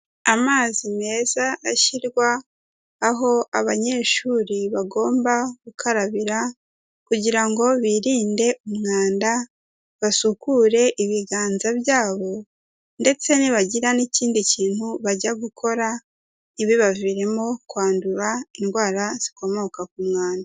Amazi meza ashyirwa aho abanyeshuri bagomba gukarabira kugira ngo birinde umwanda, basukure ibiganza byabo ndetse nibagira n'ikindi kintu bajya gukora ntibibaviremo kwandura indwara zikomoka ku mwanda.